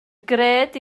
gred